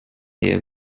their